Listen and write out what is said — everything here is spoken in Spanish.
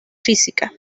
física